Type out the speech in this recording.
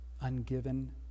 ungiven